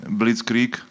blitzkrieg